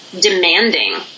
demanding